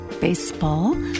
Baseball